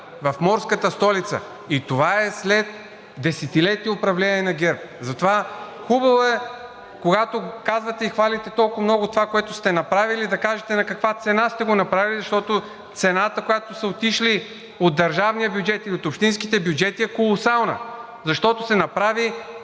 в морската столица, и това е след десетилетие управление на ГЕРБ. Затова е хубаво, когато казвате и хвалите толкова много това, което сте направили, да кажете на каква цена сте го направили, защото цената от държавния бюджет и от общинските бюджети е колосална, защото се направи